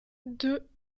deux